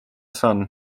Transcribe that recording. sun